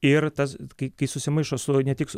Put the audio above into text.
ir tas kai kai susimaišo su ne tik